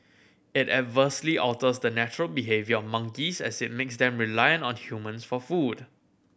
it adversely alters the natural behaviour of monkeys as it makes them reliant on humans for food